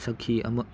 ꯁꯥꯈꯤ ꯑꯃ